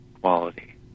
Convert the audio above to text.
quality